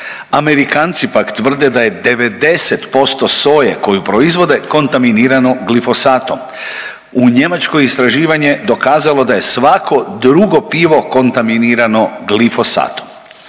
Amerikanci pak tvrde da je 90% soje koju proizvodne kontaminirano glifosatom. U njemačko istraživanje dokazalo da je svako drugo pivo kontaminirano glifosatom.